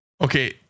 Okay